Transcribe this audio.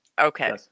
Okay